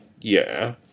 yeah